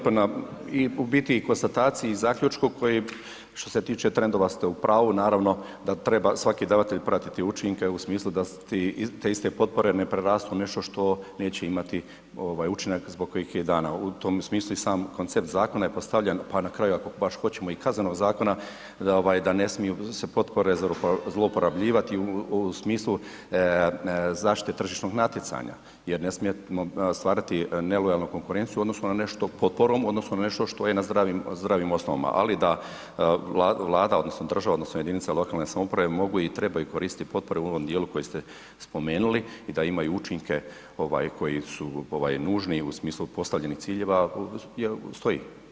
Evo, hvala lijepa na … [[Govornik se ne razumije]] i konstataciji i zaključku koji što se tiče trendova ste u pravu, naravno da treba svaki davatelj pratiti učinke u smislu da te iste potpore ne prerastu u nešto što neće imati učinak zbog kojih je dana, u tom smislu i sam koncept zakona je postavljen, pa na kraju ako baš hoćemo i kaznenog zakona da ovaj, da ne smiju se potpore zlouporabljivati u smislu zaštite tržišnog natjecanja jer ne smijemo stvarati nelojalnu konkurenciju u odnosu na nešto potporom odnosno na nešto što je na zdravim, zdravim osnovama, ali da Vlada odnosno država odnosno jedinice lokalne samouprave mogu i trebaju koristiti potpore u ovom dijelu koji ste spomenuli i da imaju učinke koje su nužne u smislu postavljenih ciljeva stoji.